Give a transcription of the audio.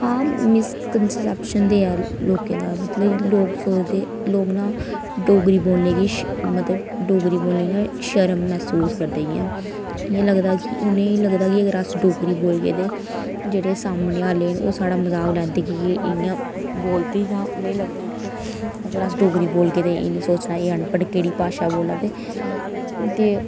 आं मिस्कंसेप्शन ' देआ दे लोकें दा मतलब लोक सोचदे लोक ना डोगरी बोलने गी मतलब डोगरी बोलना ना शर्म महसूस करदे इं'या उ'नेंगी लगदा कि जेकर अस डोगरी बोलगे ते जेह्ड़े सामनै आह्ले न ते ओह् साढ़ा मज़ाक लैंदे इंया बोलदे जां उ'नेंगी लगदा कि ते उनेंगी लगदा कि अगर अस डोगरी बोलगे ते उनेंगी लग्गना की एह् अनपढ़ पता निं केह्ड़ी भाशा बोला दे ते